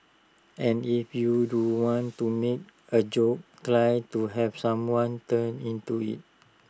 and if you do want to make A joke try to have someone turn into IT